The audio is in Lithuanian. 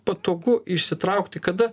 patogu išsitraukti kada